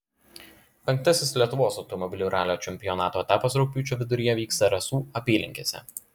penktasis lietuvos automobilių ralio čempionato etapas rugpjūčio viduryje vyks zarasų apylinkėse